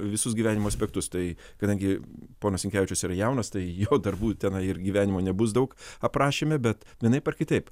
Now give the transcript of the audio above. visus gyvenimo aspektus tai kadangi ponas sinkevičius yra jaunas tai jo darbų tenai ir gyvenimo nebus daug aprašyme bet vienaip ar kitaip